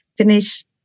Finish